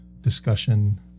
discussion